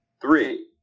Three